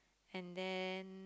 and then